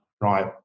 right